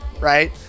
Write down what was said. right